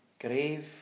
Grave